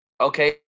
Okay